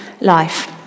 life